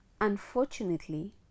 Unfortunately